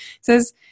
says